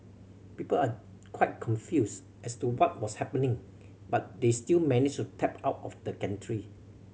people are quite confused as to what was happening but they still managed to tap out of the gantry